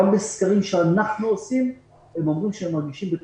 גם בסקרים שאנחנו עושים הם אומרים שהם מרגישים בטוחים.